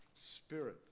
spirit